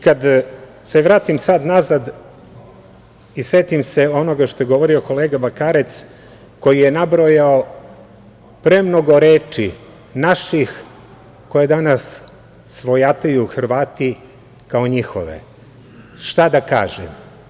Kada se vratim sad unazad i setim se ono što je govorio kolega Bakarec koji je nabrojao premnogo reči naših koje danas svojataju Hrtvati kao njihove, šta da kažem?